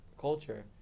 culture